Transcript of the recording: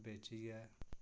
बेचियै